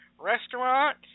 restaurant